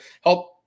help